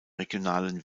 regionalen